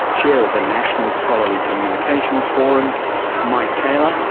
chair of the national scholarly communications forum mike taylor,